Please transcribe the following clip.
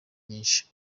nyinshi